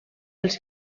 els